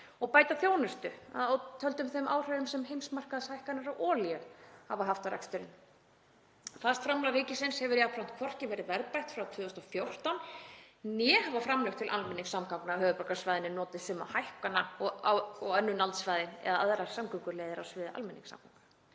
og bæta þjónustu, að ótöldum þeim áhrifum sem heimsmarkaðshækkanir á olíu hafa haft á reksturinn. Fast framlag ríkisins hefur jafnframt hvorki verið verðbætt frá 2014 né hafa framlög til almenningssamgangna á höfuðborgarsvæðinu notið sömu hækkana og á öðrum landsvæðum eða aðrar samgönguleiðir á sviði almenningssamgangna.